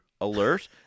alert